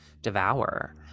devour